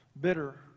bitter